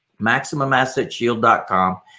MaximumAssetShield.com